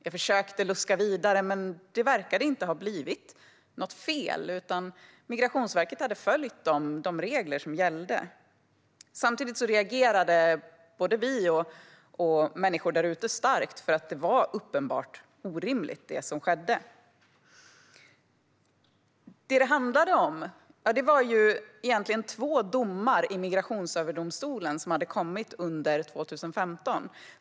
Jag försökte luska vidare, men det verkade inte ha blivit något fel. Migrationsverket hade följt de regler som gällde. Samtidigt reagerade både vi och människor här utanför starkt för att det som skedde var uppenbart orimligt. Det handlade om två domar i Migrationsöverdomstolen som hade meddelats under 2015.